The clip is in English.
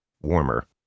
warmer